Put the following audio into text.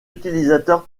utilisateurs